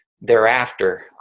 thereafter